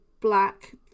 black